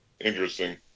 Interesting